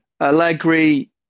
Allegri